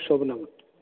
शोभनम्